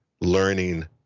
learning